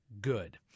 good